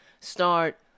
start